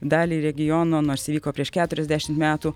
dalį regiono nors įvyko prieš keturiasdešimt metų